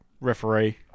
referee